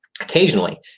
occasionally